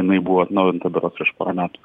jinai buvo atnaujinta berods prieš porą metų